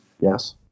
Yes